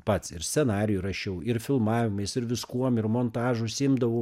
pats ir scenarijų rašiau ir filmavimais ir viskuom ir montažu užsiimdavau